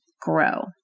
grow